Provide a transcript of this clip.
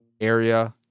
area